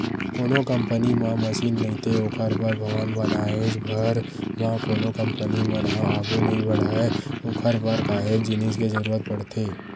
कोनो कंपनी म मसीन नइते ओखर बर भवन बनाएच भर म कोनो कंपनी मन ह आघू नइ बड़हय ओखर बर काहेच जिनिस के जरुरत पड़थे